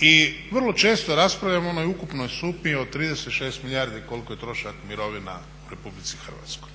i vrlo često raspravljamo o onoj ukupnoj sumi od 36 milijardi koliko je trošak mirovina u Republici Hrvatskoj.